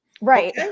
Right